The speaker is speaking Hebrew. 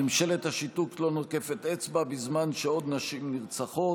ממשלת השיתוק לא נוקפת אצבע בזמן שעוד נשים נרצחות.